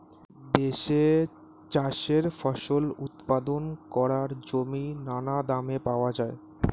দেশে চাষের ফসল উৎপাদন করার জমি নানা দামে পাওয়া যায়